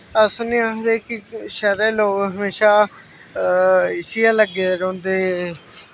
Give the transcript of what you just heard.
अस नी आखदे कि शैह्रे दे लोग हमेशा इसी गै लग्गे दे रौंह्दे